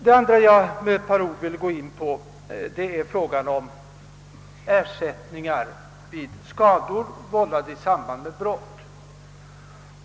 Det andra jag med ett par ord ville gå in på är frågan om ersättningar vid skador vållade i samband med brott.